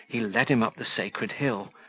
he led him up the sacred hill,